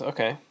Okay